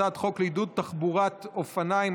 הצעת חוק לעידוד תחבורת אופניים,